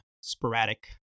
sporadic